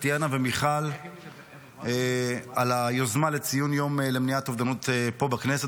טטיאנה ומיכל על היוזמה לציון יום למניעת אובדנות פה בכנסת